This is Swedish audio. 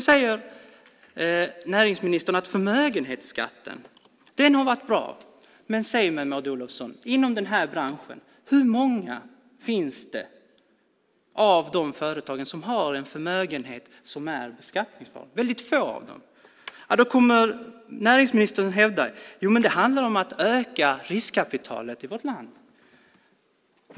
Näringsministern säger att förmögenhetsskatten har varit bra. Men säg mig, Maud Olofsson, hur många inom den här branschen har en beskattningsbar förmögenhet? Det är få av dem. Då hävdar näringsministern att det handlar om att öka riskkapitalet i vårt land.